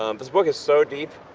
um his book is so deep,